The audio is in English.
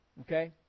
Okay